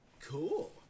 Cool